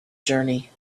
journey